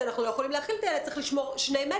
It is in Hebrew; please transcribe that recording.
נפצל הסעות במידת